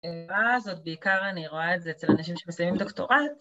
אז עוד בעיקר אני רואה את זה אצל אנשים שמסיימים דוקטורט